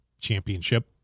championship